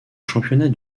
championnat